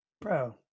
bro